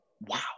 wow